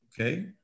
okay